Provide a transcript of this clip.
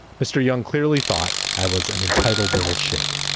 mr. young clearly thought i was an entitled little shit,